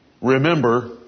Remember